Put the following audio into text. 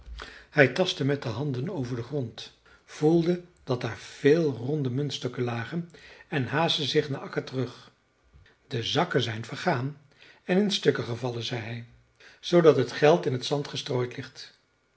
hij tastte met de handen over den grond voelde dat daar veel ronde muntstukken lagen en haastte zich naar akka terug de zakken zijn vergaan en in stukken gevallen zei hij zoodat het geld in t zand gestrooid ligt